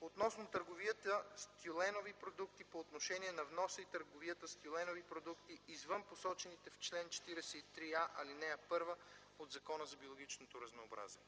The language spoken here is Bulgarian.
относно търговията с тюленови продукти по отношение на вноса и търговията с тюленови продукти извън посочените в чл. 43а, ал. 1 от Закона за биологичното разнообразие.